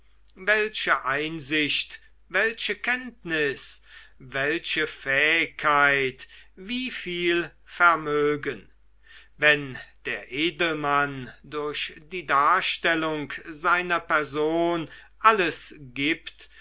welche einsicht welche kenntnis welche fähigkeit wieviel vermögen wenn der edelmann durch die darstellung seiner person alles gibt